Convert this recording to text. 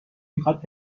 میخواد